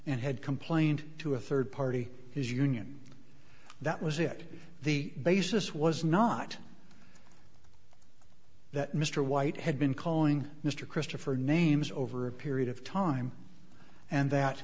and had complained to a third party his union that was it the basis was not that mr white had been calling mr christopher names over a period of time and that